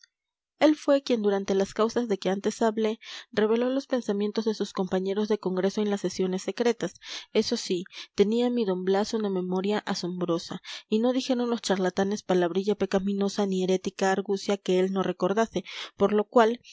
él fue quien durante las causas de que antes hablé reveló los pensamientos de sus compañeros de congreso en las sesiones secretas eso sí tenía mi d blas una memoria asombrosa y no dijeron los charlatanes palabrilla pecaminosa ni herética argucia que él no recordase por lo cual